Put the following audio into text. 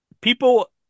People